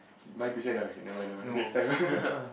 my tuition okay nevermind nevermind next time